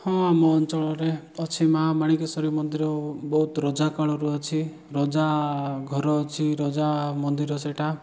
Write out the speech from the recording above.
ହଁ ଆମ ଅଞ୍ଚଳରେ ଅଛି ମା' ମାଣିକେଶ୍ଵରୀ ମନ୍ଦିର ବହୁତ ରଜାକାଳରୁ ଅଛି ରଜା ଘର ଅଛି ରଜା ମନ୍ଦିର ସେଇଟା